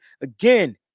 Again